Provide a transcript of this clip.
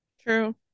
True